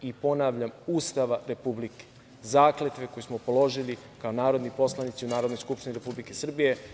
Ponavljam, Ustava republike, zakletve koju smo položili kao narodni poslanici u Narodnoj skupštini Republike Srbije.